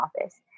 office